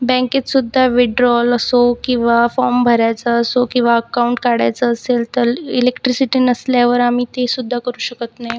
बँकेतसुद्धा withdrawal असो किंवा form भरायचा असो किंवा अकाऊंट काढायचं असेल तर इलेक्ट्रिसिटी नसल्यावर आम्ही ते सुद्धा करू शकत नाही